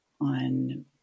on